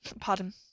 pardon